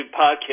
podcast